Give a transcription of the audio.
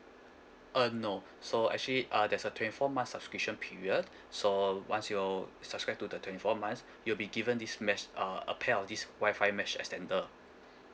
uh no so actually uh there's a twenty four months subscription period so once your subscribe to the twenty four months you'll be given this mesh uh a pair of this wi-fi mesh extender